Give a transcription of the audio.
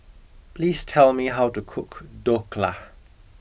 please tell me how to cook Dhokla